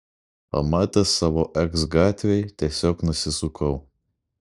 pamatęs savo eks gatvėj tiesiog nusisukau